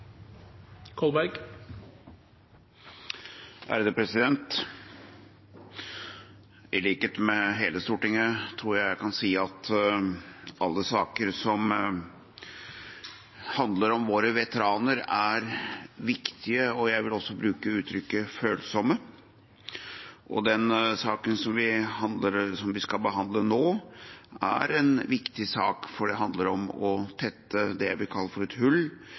I likhet med hele Stortinget tror jeg jeg kan si at alle saker som handler om våre veteraner, er viktige, og jeg vil også bruke uttrykket «følsomme». Den saken vi skal behandle nå, er en viktig sak, for den handler om å tette det jeg vil kalle et hull